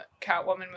Catwoman